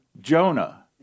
Jonah